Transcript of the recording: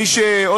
מי ששומע,